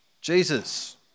Jesus